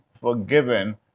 forgiven